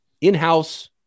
in-house